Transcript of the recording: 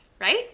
right